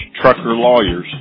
truckerlawyers